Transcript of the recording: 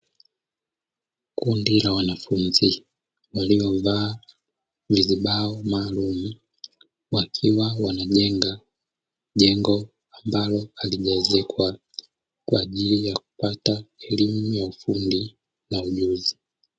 Kundi la wanafunzi waliovaa vizibao maalumu wakiwa wanajenga jengo ambalo halijaezekwa kwa ajili ya kupata elimu ya ufundi na ujuzi.